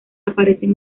aparecen